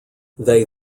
they